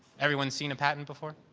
everyone seen a patent before?